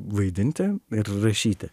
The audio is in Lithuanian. vaidinti ir rašyti